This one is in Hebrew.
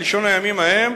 בלשון הימים ההם,